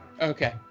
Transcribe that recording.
Okay